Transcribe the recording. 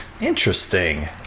Interesting